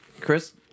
Chris